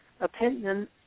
opinion